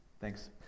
Thanks